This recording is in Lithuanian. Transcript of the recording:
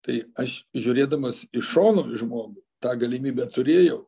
tai aš žiūrėdamas iš šono į žmogų tą galimybę turėjau